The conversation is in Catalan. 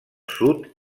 sud